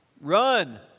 Run